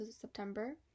September